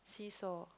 seesaw